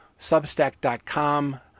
Substack.com